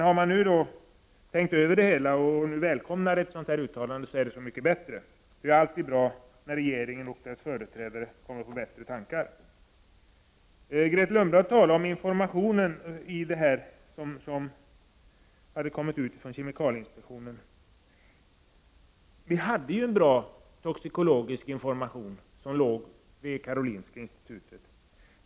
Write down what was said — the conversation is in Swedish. Om man nu har tänkt över det hela och välkomnar dessa uttalanden är det så mycket bättre; det är alltid bra när regeringen och dess företrädare kommer på bättre tankar. Grethe Lundblad talar om den information som har kommit från kemikalieinspektionen. Vi hade en bra toxikologisk information vid Karolinska institutet.